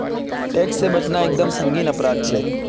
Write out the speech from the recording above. tax से बचना एक दम संगीन अपराध छे